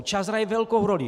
Čas hraje velkou roli.